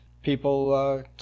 People